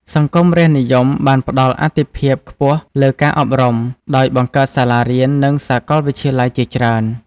សង្គមរាស្រ្តនិយមបានផ្តល់អាទិភាពខ្ពស់លើការអប់រំ ដោយបង្កើតសាលារៀន និងសាកលវិទ្យាល័យជាច្រើន។